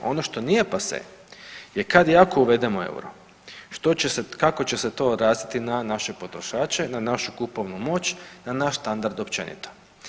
Ono što nije pase je kad i ako uvedemo euro što će se, kako će se to odraziti na naše potrošače, na našu kupovnu moć, na naš standard općenito.